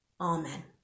Amen